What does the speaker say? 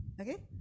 okay